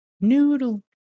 noodle